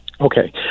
Okay